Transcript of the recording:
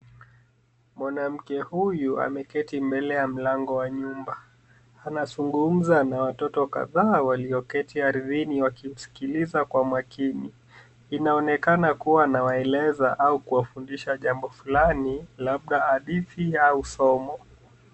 Mwanamke huyu ameketi mbele ya mlango wa nyumba. Anazungumza na watoto kadhaa walioketi arthini wakimsilkiliza kwa makini. Inaonekana kuwa anawaeleza au kuwafundisha jambo fulani labda hadithi au somo.